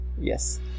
yes